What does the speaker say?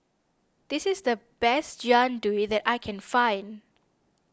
this is the best Jian Dui that I can find